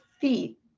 feet